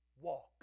walk